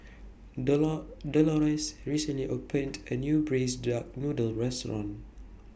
dolor Dolores recently opened A New Braised Duck Noodle Restaurant